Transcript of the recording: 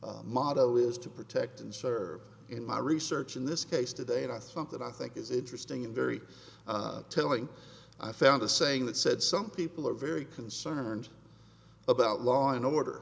motto is to protect and serve in my research in this case today not something i think is interesting and very telling i found a saying that said some people are very concerned about law and order